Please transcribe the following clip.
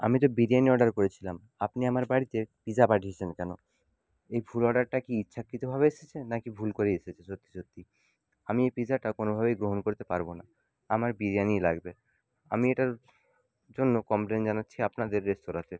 আমি তো বিরিয়ানি অর্ডার করেছিলাম আপনি আমার বাড়িতে পিৎজা পাঠিয়েছেন কেন এই ভুল অর্ডারটা কি ইচ্ছাকৃতভাবে এসেছে না কি ভুল করেই এসেছে সত্যি সত্যি আমি এই পিৎজাটা কোনোভাবেই গ্রহণ করতে পারবো না আমার বিরিয়ানিই লাগবে আমি এটার জন্য কমপ্লেন জানাচ্ছি আপনাদের রেস্তোরাঁতে